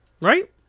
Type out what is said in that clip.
right